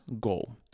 goal